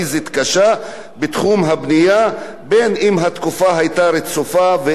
בין שהתקופה היתה רצופה ובין שלא היתה רצופה.